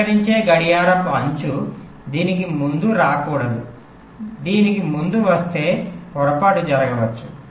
స్వీకరించే గడియారపు అంచు దీనికి ముందు రాకూడదు దీనికి ముందు వస్తే పొరపాటు జరుగ వచ్చు